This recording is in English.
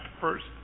first